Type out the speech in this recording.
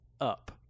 up